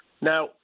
Now